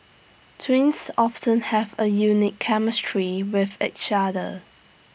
twins often have A unique chemistry with each other